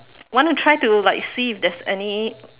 wanna try to like see if there's any